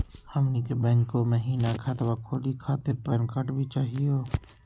हमनी के बैंको महिना खतवा खोलही खातीर पैन कार्ड भी चाहियो?